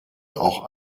auch